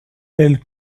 elle